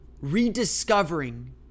rediscovering